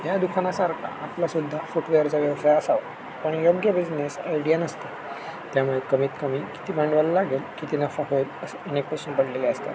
या दुकानासारखा आपला सुद्धा फुटवेअरचा व्यवसाय असावा आणि योग्य बिझनेस आयडिया नसते त्यामुळे कमीत कमी किती भांडवल लागेल किती नफा होईल असं अनेक क्वेश्चन पडलेले असतात